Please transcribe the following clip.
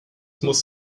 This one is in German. muss